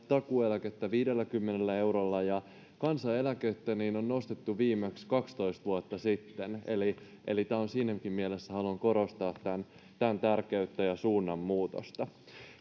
takuueläkettä viidelläkymmenellä eurolla kansaneläkettä on nostettu viimeksi kaksitoista vuotta sitten eli eli siinäkin mielessä haluan korostaa tämän tärkeyttä ja suunnanmuutosta